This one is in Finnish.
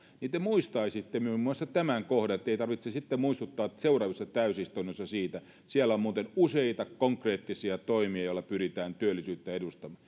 niin te muistaisitte muun muassa tämän kohdan että ei tarvitse sitten muistuttaa seuraavissa täysistunnoissa siitä siellä on muuten useita konkreettisia toimia joilla pyritään työllisyyttä